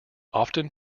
often